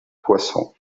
poisson